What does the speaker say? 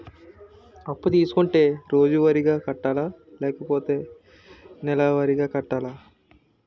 అప్పు తీసుకుంటే రోజువారిగా కట్టాలా? లేకపోతే నెలవారీగా కట్టాలా?